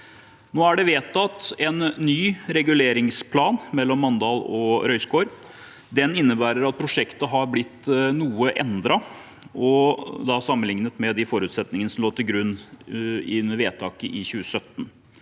Nå er det vedtatt en ny reguleringsplan mellom Mandal og Røyskår. Den innebærer at prosjektet har blitt noe endret sammenlignet med de forutsetningene som lå til grunn for vedtaket i 2017.